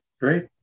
Great